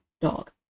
dog